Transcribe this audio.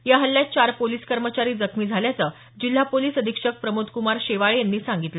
या हल्ल्यात चार पोलिस कर्मचारी जखमी झाल्याचं जिल्हा पोलीस अधीक्षक प्रमोद्क्मार शेवाळे यांनी सांगितलं